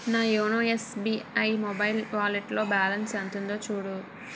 నా YONO SBI mobile వాలెట్లో balance ఎంత ఉందో చూడు